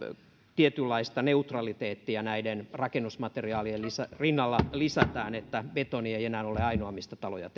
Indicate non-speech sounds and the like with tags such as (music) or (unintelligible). tietynlaista neutraliteettia näiden rakennusmateriaalien rinnalla lisätään että betoni ei enää ole ainoa mistä taloja (unintelligible)